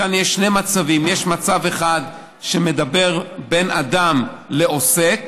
כאן יש שני מצבים: יש מצב אחד שמדבר על בין אדם לעוסק.